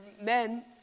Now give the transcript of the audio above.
men